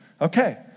Okay